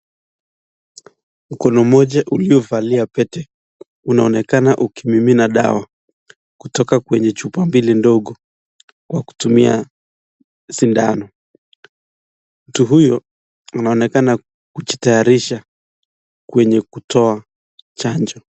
Mkono moja ulio valia pete unaonekana ukimimina dawa kutoka kwenye chupa mbili ndogo kwa kutumia sindano. Mtu huyo anaonekana kujitayarisha kutoa chanjo.